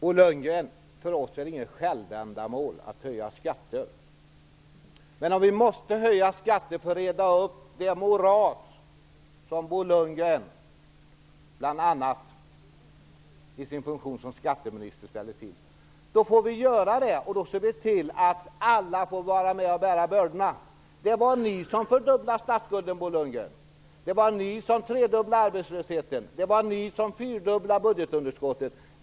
Fru talman! För oss är det inget självändamål att höja skatter, Bo Lundgren. Men om vi måste höja skatter för att reda ut det moras som bl.a. Bo Lundgren i sin funktion som skatteminister ställde till, då får vi göra det. Då ser vi till att alla får vara med och bära bördorna. Det var ni som fördubblade statsskulden, Bo Lundgren. Det var ni som tredubblade arbetslösheten. Det var ni som fyrdubblade budgetunderskottet.